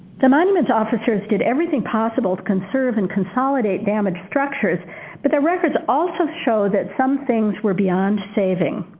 the monuments officers did everything possible to conserve and consolidate damaged structures but the records also show that some things were beyond saving.